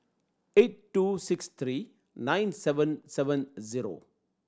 eight two six three nine seven seven zero